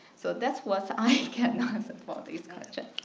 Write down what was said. so that's what i can answer for this question.